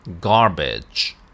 Garbage